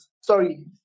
Sorry